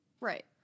Right